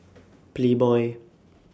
Playboy